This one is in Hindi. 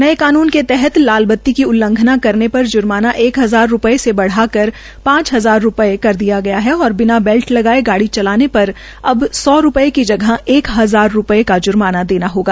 नए कानून के तहत लाल बती की उल्लघंना करने पर जुर्माना एक हजार रूपये से बढ़ाकर पांच हजार रूपये कर दिया गया है और बिना बैल्ट लगाए लगाए चलाने पर अब सौ रूपये की जगह एक हजार का जूर्माना देना होगा